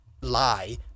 lie